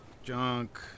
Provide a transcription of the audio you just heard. Junk